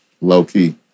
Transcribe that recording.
low-key